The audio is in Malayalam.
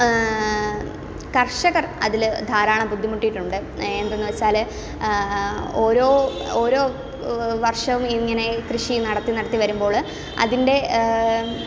കർഷകർ അതിൽ ധാരാളം ബുദ്ധിമുട്ടിയിട്ടുണ്ട് എന്തെന്നു വെച്ചാൽ ഓരോ ഓരോ വർഷവും ഇങ്ങനെ കൃഷി നടത്തി നടത്തി വരുമ്പോൾ അതിൻ്റെ